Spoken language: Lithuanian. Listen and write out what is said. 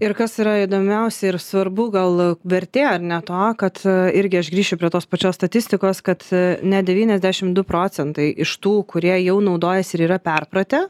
ir kas yra įdomiausia ir svarbu gal vertė ar ne to kad irgi aš grįšiu prie tos pačios statistikos kad net devyniasdešim du procentai iš tų kurie jau naudojasi ir yra perpratę